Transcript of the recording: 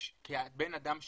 כבן אדם שווה,